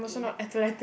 yup